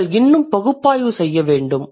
நீங்கள் இன்னும் பகுப்பாய்வு செய்ய வேண்டும்